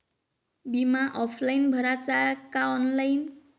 बिमा ऑफलाईन भराचा का ऑनलाईन?